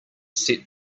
set